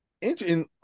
interesting